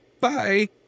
Bye